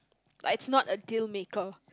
like it's not a deal maker